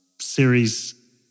series